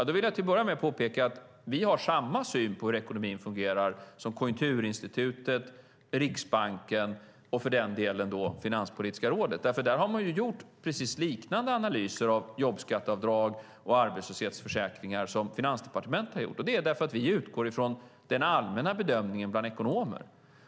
Då vill jag till att börja med påpeka att vi har samma syn på hur ekonomin fungerar som Konjunkturinstitutet, Riksbanken och för den delen också Finanspolitiska rådet. Där har man gjort precis liknande analyser av jobbskatteavdrag och arbetslöshetsförsäkringar som Finansdepartementet har gjort. Det är för att vi utgår från den allmänna bedömningen bland ekonomer.